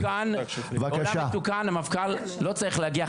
בעולם מתוקן המפכ"ל לא צריך להגיע,